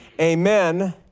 Amen